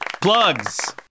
plugs